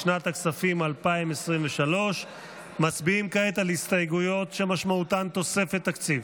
לשנת הכספים 2023. מצביעים כעת על הסתייגויות שמשמעותן תוספת תקציב.